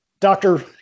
doctor